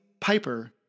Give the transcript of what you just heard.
Piper